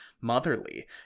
motherly